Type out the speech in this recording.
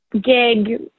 gig